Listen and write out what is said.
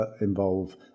involve